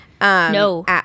No